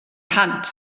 hand